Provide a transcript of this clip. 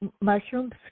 Mushrooms